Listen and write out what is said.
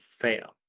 fail